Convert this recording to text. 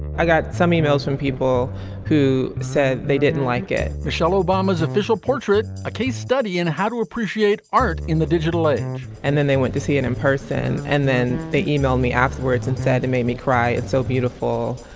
i got some e-mails from people who said they didn't like it michelle obama's official portrait a case study in how to appreciate art in the digital age and then they went to see it in person and then they emailed me afterwards and said and made me cry it's so beautiful.